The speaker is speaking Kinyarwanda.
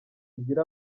ugire